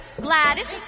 Gladys